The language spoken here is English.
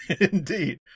Indeed